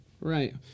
Right